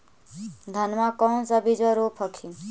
धनमा कौन सा बिजबा रोप हखिन?